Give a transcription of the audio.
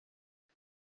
for